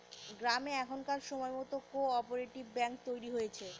গ্রামে এখনকার সময়তো কো অপারেটিভ ব্যাঙ্ক তৈরী হয়েছে